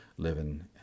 living